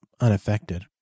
unaffected